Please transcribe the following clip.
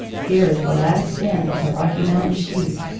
here is the last stand of the rocky mountain sheep,